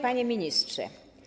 Panie Ministrze!